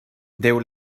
déu